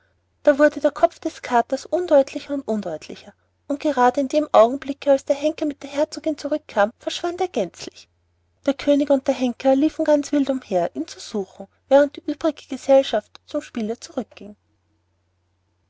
da wurde der kopf des katers undeutlicher und undeutlicher und gerade in dem augenblicke als der henker mit der herzogin zurück kam verschwand er gänzlich der könig und der henker liefen ganz wild umher ihn zu suchen während die übrige gesellschaft zum spiele